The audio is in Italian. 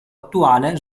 attuale